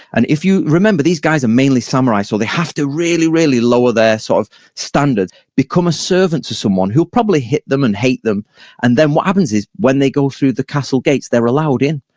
and if you remember, these guys are mainly samurai, so they have to really, really lower their sort of standard, become a servant to someone who'll probably hit them and hate them and then what happens is when they go through the castle gates they're allowed in.